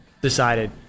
decided